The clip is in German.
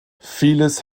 vieles